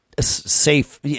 Safe